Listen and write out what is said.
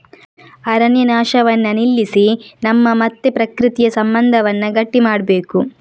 ಅರಣ್ಯ ನಾಶವನ್ನ ನಿಲ್ಲಿಸಿ ನಮ್ಮ ಮತ್ತೆ ಪ್ರಕೃತಿಯ ಸಂಬಂಧವನ್ನ ಗಟ್ಟಿ ಮಾಡ್ಬೇಕು